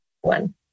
one